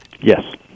Yes